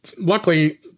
luckily